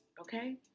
Okay